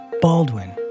Baldwin